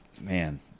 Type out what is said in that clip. man